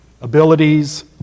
abilities